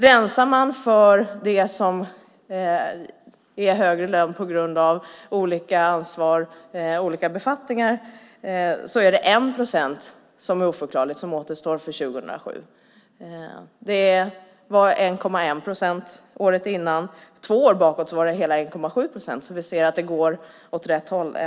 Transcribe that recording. Rensar man det som är högre lön på grund av olika ansvar och olika befattningar återstår det 1 procent som är oförklarlig 2007. Det var 1,1 procent året innan. Två år bakåt var det hela 1,7 procent. Vi ser att det går åt rätt håll.